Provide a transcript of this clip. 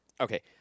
Okay